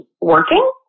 working